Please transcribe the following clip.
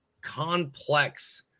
complex